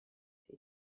ces